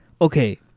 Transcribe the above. okay